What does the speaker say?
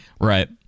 Right